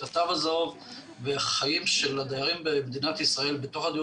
התו הזהוב ושהחיים של הדיירים במדינת ישראל בתוך הדיור